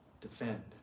Defend